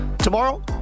Tomorrow